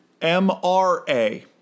MRA